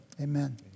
Amen